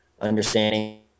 understanding